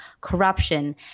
corruption